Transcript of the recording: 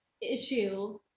issue